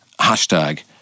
Hashtag